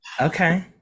Okay